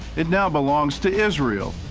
it now belongs to israel,